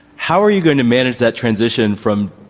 how are you going to manage that transition from